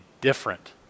different